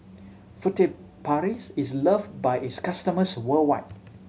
Furtere Paris is loved by its customers worldwide